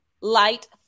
light